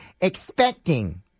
expecting